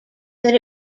that